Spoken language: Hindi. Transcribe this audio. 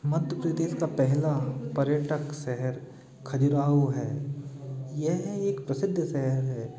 मध्य प्रदेश का पहला पर्यटक शहर खजुराहो है यह एक प्रसिद्ध शहर है